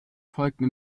folgten